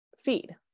feed